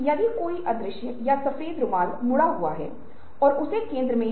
तो दोनों दिमाग विचार संरक्षण और सुधार में शामिल हैं